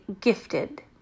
gifted